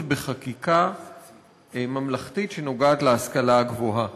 בחקיקה ממלכתית שנוגעת להשכלה הגבוהה.